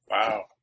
Wow